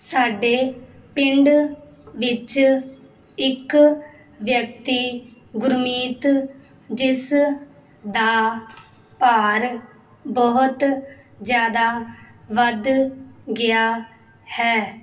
ਸਾਡੇ ਪਿੰਡ ਵਿੱਚ ਇੱਕ ਵਿਅਕਤੀ ਗੁਰਮੀਤ ਜਿਸ ਦਾ ਭਾਰ ਬਹੁਤ ਜ਼ਿਆਦਾ ਵੱਧ ਗਿਆ ਹੈ